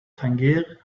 tangier